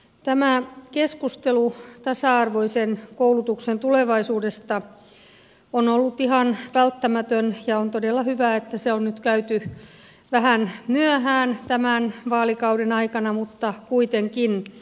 tämä keskustelu tasa arvoisen koulutuksen tulevaisuudesta on ollut ihan välttämätön ja on todella hyvä että se on nyt käyty vähän myöhään tämän vaalikauden aikana mutta kuitenkin